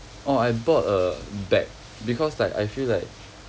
orh I bought a bag because like I feel like